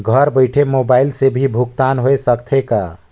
घर बइठे मोबाईल से भी भुगतान होय सकथे का?